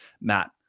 Matt